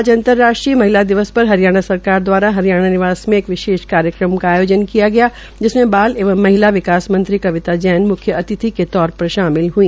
आज अंतर्राष्ट्रीय महिला दिवस पर हरियाणा सरकार द्वारा हरियाणा निवास मे एक विशेष कार्यक्रम का आयोजन किया गया जिसमें बाल एवं महिला विकास मंत्री कविता जैन म्ख्य अतिथि के तौर पर शामिल हई